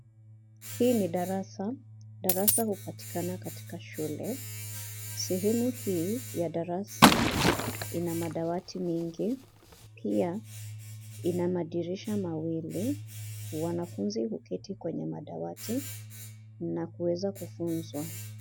Hii ni darasa. Darasa hupatikana katika shule. Sehemu hii ya darasa ina madawati mengi . Pia, ina madirisha mawili. Wanafunzi huketi kwenye madawati na kuweza kufunzwa.